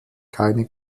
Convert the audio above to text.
keine